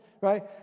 right